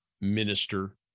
minister